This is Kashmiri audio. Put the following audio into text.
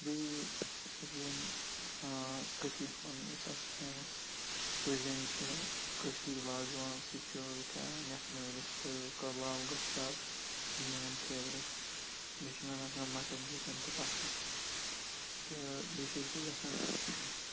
بیٚیہِ چھُس بہٕ وَن ہاں کٔشیٖر ہُنٛد یُس اَسہِ فیمَس کُزیٖن چھِ کٔشیٖر وازوان سُہ تہِ چھُس بہٕ کیٛاہ کھٮ۪وان یَتھ منٛز رِستہٕ کَباب گۄشتاب یہِ چھُ میون فیورِٹ بیٚیہِ چھُ مےٚ نہ کانٛہہ مَٹَن چِکَن تہٕ پَسنٛد تہٕ بیٚیہِ چھُس بہٕ گژھان